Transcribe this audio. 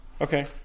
Okay